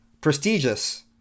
Prestigious